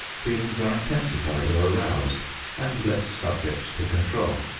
feelings are intensified or aroused and less subject to control.